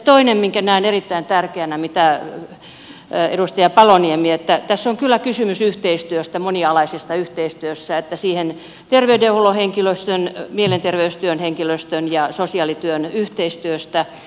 toinen minkä näen erittäin tärkeänä on se mitä edustaja paloniemi sanoi että tässä on kyllä kysymys yhteistyöstä monialaisesta yhteistyöstä terveydenhuollon henkilöstön mielenterveystyön henkilöstön ja sosiaalityön yhteistyöstä